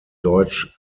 deutsch